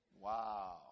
Wow